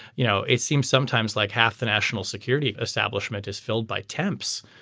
you know it seems sometimes like half the national security establishment is filled by temps.